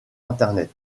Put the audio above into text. internet